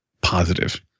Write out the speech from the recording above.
positive